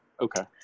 okay